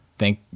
Thank